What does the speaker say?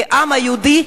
כעם היהודי,